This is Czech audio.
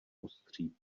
ostří